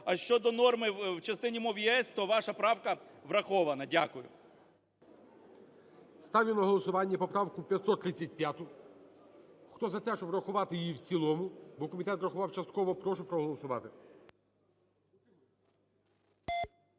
А щодо норми в частині мов ЄС, то ваша правка врахована. Дякую. ГОЛОВУЮЧИЙ. Ставлю на голосування поправку 535. Хто за те, щоб врахувати її в цілому, бо комітет врахував частково, прошу проголосувати.